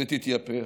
ותתייפח.